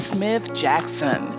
Smith-Jackson